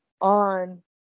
on